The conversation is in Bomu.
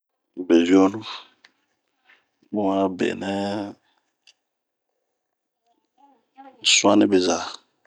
Be yonu, bunh abenɛɛɛ suani beza.